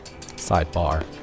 Sidebar